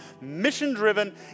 mission-driven